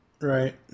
Right